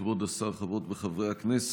כבוד השר, חברות וחברי הכנסת,